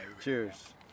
Cheers